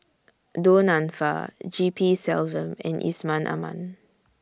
Du Nanfa G P Selvam and Yusman Aman